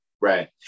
Right